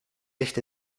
ligt